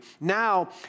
now